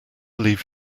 leave